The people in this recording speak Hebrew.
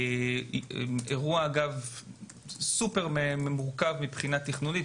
זה אירוע מאוד מורכב מבחינה תכנונית,